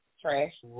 trash